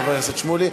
חבר הכנסת שמולי.